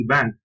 Bank